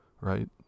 right